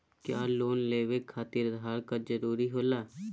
क्या लोन लेवे खातिर आधार कार्ड जरूरी होला?